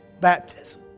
baptism